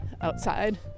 outside